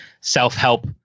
self-help